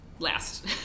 Last